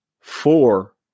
four